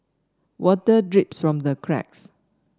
water drips from the cracks